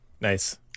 Nice